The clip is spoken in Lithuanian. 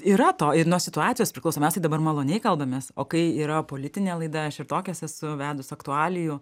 yra to ir nuo situacijos priklauso mes tai dabar maloniai kalbamės o kai yra politinė laida aš tokias esu vedus aktualijų